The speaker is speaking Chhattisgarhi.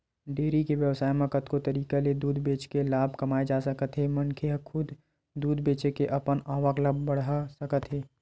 डेयरी के बेवसाय म कतको तरीका ले दूद बेचके लाभ कमाए जा सकत हे मनखे ह खुदे दूद बेचे के अपन आवक ल बड़हा सकत हे